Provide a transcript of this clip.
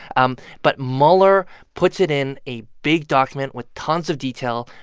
um but mueller puts it in a big document with tons of detail,